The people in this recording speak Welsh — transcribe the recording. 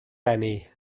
eni